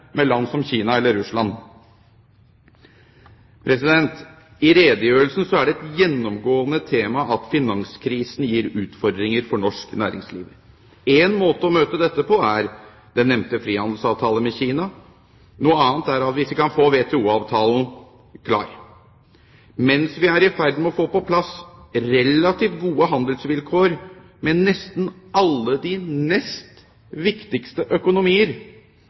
med land som Kina eller Russland. I redegjørelsen er det et gjennomgående tema at finanskrisen gir utfordringer for norsk næringsliv. Én måte å møte dette på er den nevnte frihandelsavtale med Kina, noe annet er å få WTO-avtalen klar. Mens vi er i ferd med å få på plass relativt gode handelsvilkår med nesten alle de nest viktigste økonomier,